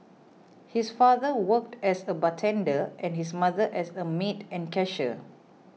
his father worked as a bartender and his mother as a maid and cashier